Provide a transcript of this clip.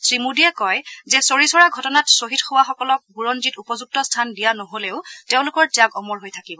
শ্ৰীমোদীয়ে কয় যে চৌৰি চৌৰা ঘটনাত খ্বহীদ হোৱা সকলক বুৰঞ্জীত উপযুক্ত স্থান দিয়া নহলেও তেওঁলোকৰ ত্যাগ অমৰ হৈ থাকিব